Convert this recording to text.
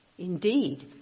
Indeed